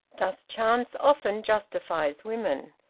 thus chance often justifies women,